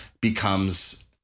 becomes